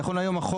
נכון להיום,